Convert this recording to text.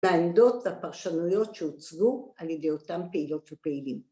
‫מהעמדות והפרשנויות שהוצגו ‫על ידי אותם פעילות ופעילים.